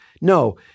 no